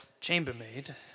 chambermaid